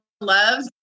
love